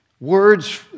Words